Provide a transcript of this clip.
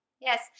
Yes